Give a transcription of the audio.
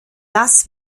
das